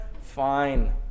Fine